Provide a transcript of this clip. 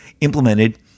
implemented